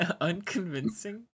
Unconvincing